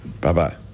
Bye-bye